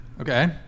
Okay